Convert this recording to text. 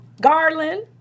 Garland